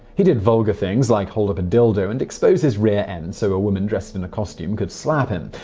he did vulgar things, like hold up a dildo, and expose his rear end so a woman dressed in a costume could slap him.